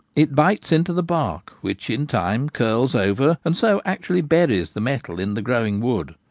it bites into the bark, which in time curls over and so actually buries the metal in the growing wood.